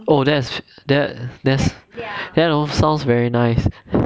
oh that's that sounds very nice